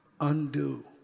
undo